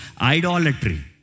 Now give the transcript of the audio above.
idolatry